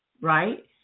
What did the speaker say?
right